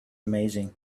amazing